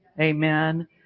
Amen